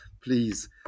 please